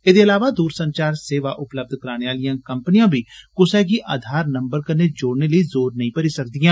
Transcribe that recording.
एदे इलावा दूर संचार सेवा उपलब्य कराने आलियां कम्पनियां बी कुसै गी आधार नम्बर कन्नै जोड़ने लेई जोर नेई भरी सकदियां